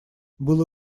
было